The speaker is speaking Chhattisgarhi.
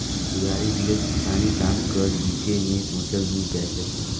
कुदारी बिगर किसानी काम कर बिसे मे सोचल नी जाए सके